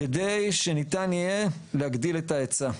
כדי שניתן יהיה להגדיל את ההיצע.